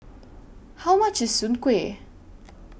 How much IS Soon Kway